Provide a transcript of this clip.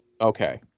Okay